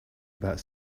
about